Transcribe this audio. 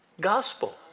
gospel